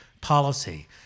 policy